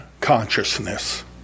consciousness